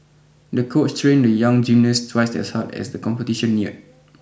the coach trained the young gymnast twice as hard as the competition neared